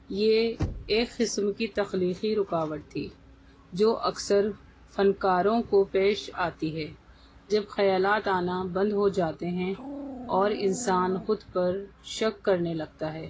یہ ایک قسم کی تخلیقی رکاوٹ تھی جو اکثر فنکاروں کو پیش آتی ہے جب خیالات آنا بند ہو جاتے ہیں اور انسان خود پر شک کرنے لگتا ہے